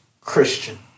Christian